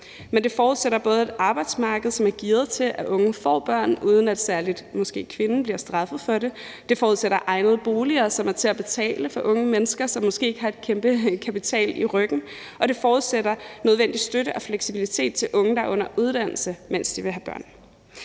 Men det forudsætter et arbejdsmarked, som er gearet til, at unge får børn, uden at måske særlig kvinden bliver straffet for det; det forudsætter egnede boliger, som er til at betale for unge mennesker, som måske ikke har en kæmpe kapital i ryggen; og det forudsætter nødvendig støtte til og fleksibilitet for unge, der er under uddannelse, mens de vil have børn.